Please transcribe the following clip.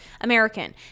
American